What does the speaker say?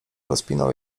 rozpinał